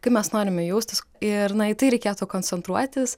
kaip mes norime jaustis ir na į tai reikėtų koncentruotis